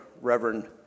Reverend